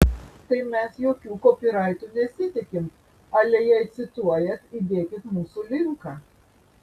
tai mes jokių kopyraitų nesitikim ale jei cituojat įdėkit mūsų linką